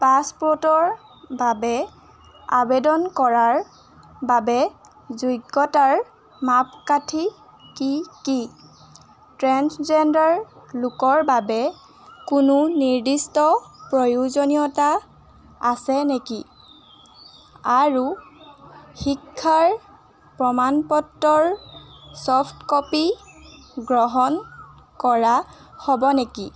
পাছপ'ৰ্টৰ বাবে আবেদন কৰাৰ বাবে যোগ্যতাৰ মাপকাঠি কি কি ট্ৰেন্সজেণ্ডাৰ লোকৰ বাবে কোনো নিৰ্দিষ্ট প্ৰয়োজনীয়তা আছে নেকি আৰু শিক্ষাৰ প্ৰমাণ পত্ৰৰ চফ্ট ক'পি গ্ৰহণ কৰা হ'ব নেকি